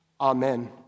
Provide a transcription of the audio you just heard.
Amen